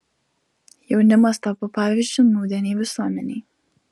jaunimas tapo pavyzdžiu nūdienei visuomenei